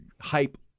hype